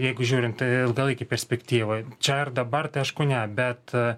jeigu žiūrint ilgalaikėj perspektyvoj čia ir dabar tai aišku ne bet